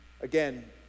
Again